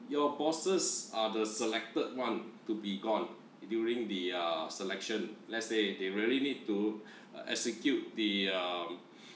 your bosses are the selected one to be gone during the ah selection let's say they really need to execute the um